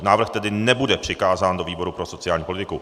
Návrh tedy nebude přikázán do výboru pro sociální politiku.